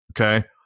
Okay